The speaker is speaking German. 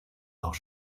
auch